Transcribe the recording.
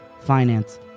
finance